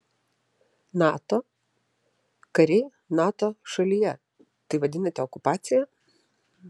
nato kariai nato šalyje tai vadinate okupacija